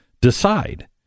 decide